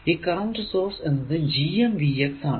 ഈ current source എന്നത് GMVx ആണ്